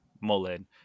Mullen